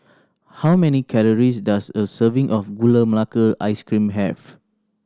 how many calories does a serving of Gula Melaka Ice Cream have